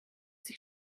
sich